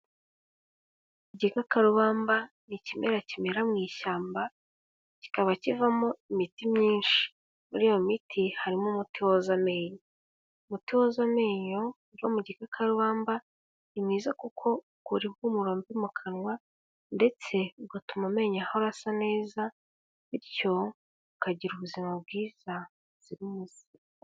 Igikakarubamba ni ikimera kimera mu ishyamba, kikaba kivamo imiti myinshi. Muri iyo miti, harimo umuti woza amenyo. Umuti woza amenyo, uva mu gikakarubamba, ni mwiza kuko ukura impumuro mbi mu kanwa, ndetse ugatuma umenyo ahora asa neza, bityo ukagira ubuzima bwiza buzira umuze.